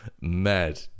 mad